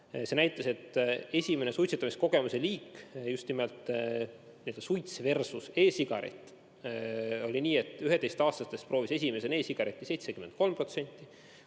See näitas, et esimene suitsetamiskogemuse liik, [kui võrreldi] just nimelt suitsversuse-sigaret, oli nii, et 11-aastastest proovis esimesena e-sigaretti 73%,